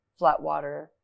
Flatwater